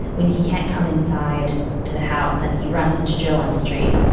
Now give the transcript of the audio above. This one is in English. when he can't come inside to the house and he runs into joe on the street.